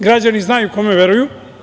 Građani znaju kome veruju.